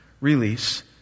release